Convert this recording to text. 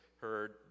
heard